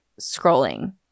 scrolling